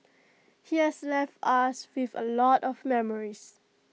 he has left us with A lot of memories